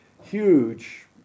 huge